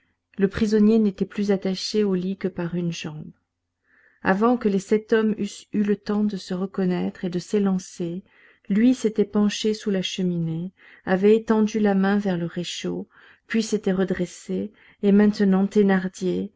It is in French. le prisonnier n'était plus attaché au lit que par une jambe avant que les sept hommes eussent eu le temps de se reconnaître et de s'élancer lui s'était penché sous la cheminée avait étendu la main vers le réchaud puis s'était redressé et maintenant